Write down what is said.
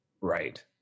Right